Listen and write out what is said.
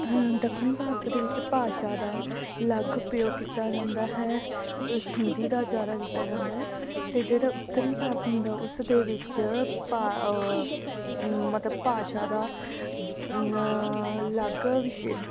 ਦੱਖਣੀ ਭਾਰਤ ਵਿੱਚ ਭਾਸ਼ਾ ਦਾ ਲੱਗ ਪੀਓ ਕੀਤਾ ਜਾਂਦਾ ਹੈ ਹਿੰਦੀ ਦਾ ਜ਼ਿਆਦਾ ਕੀਤਾ ਜਾਂਦਾ ਅਤੇ ਜਿਹੜਾ ਉੱਤਰੀ ਭਾਰਤ ਹੁੰਦਾ ਉਸ ਦੇ ਵਿੱਚ ਭਾ ਮਤਲਬ ਭਾਸ਼ਾ ਦਾ ਅਲੱਗ ਵਿਸ਼ੇ